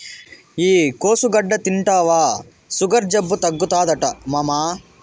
ఈ కోసుగడ్డ తింటివా సుగర్ జబ్బు తగ్గుతాదట మామా